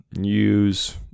use